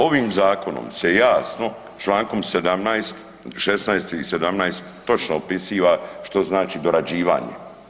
Ovim zakonom se jasno čl. 17, 16 i 17 točno opisiva što znači dorađivanje.